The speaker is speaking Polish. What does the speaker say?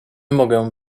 mogę